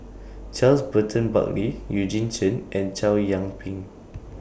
Charles Burton Buckley Eugene Chen and Chow Yian Ping